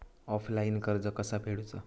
Offline कर्ज कसा फेडूचा?